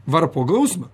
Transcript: varpo gausmą